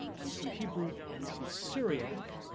and some hebrew, and some syriac,